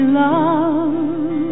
love